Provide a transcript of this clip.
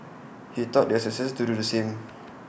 he taught their successors to do the same